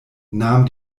nahm